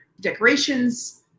decorations